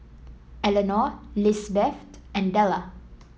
Elenor Lizbeth and Della